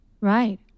Right